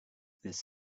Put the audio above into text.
this